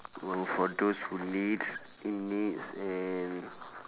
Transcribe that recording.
well for those who need who needs and